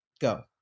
go